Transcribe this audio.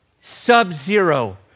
sub-zero